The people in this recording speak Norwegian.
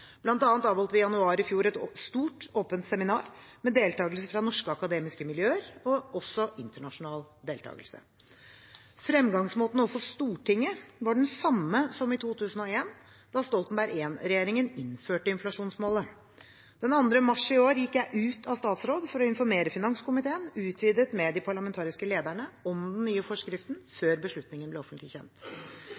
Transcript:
avholdt vi i januar i fjor et stort, åpent seminar med deltakelse fra norske akademiske miljøer og også internasjonal deltakelse. Fremgangsmåten overfor Stortinget var den samme som i 2001, da Stoltenberg I-regjeringen innførte inflasjonsmålet. Den 2. mars i år gikk jeg ut av statsråd for å informere finanskomiteen, utvidet med de parlamentariske lederne, om den nye forskriften,